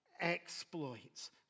exploits